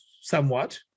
somewhat